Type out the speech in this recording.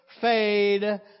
fade